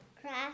craft